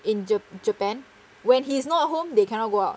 in ja~ japan when he's not at home they cannot go out